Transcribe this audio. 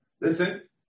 listen